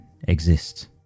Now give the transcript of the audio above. exist